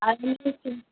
आदमी